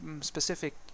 specific